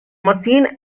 machine